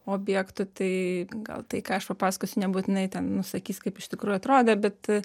objektų tai gal tai ką aš papasakosiu nebūtinai ten nusakys kaip iš tikrųjų atrodė bet